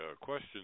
question